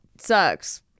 sucks